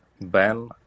Ben